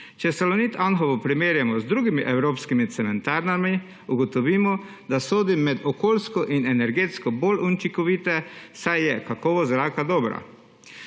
Če Salonit Anhovo primerjamo z drugimi evropskimi cementarnami, ugotovimo, da sodi med okoljsko in energetsko bolj učinkovite, saj je kakovost zraka dobra.